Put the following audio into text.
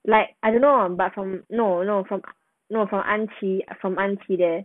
like I don't know but from no no from an qi from an qi there